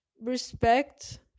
respect